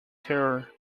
terror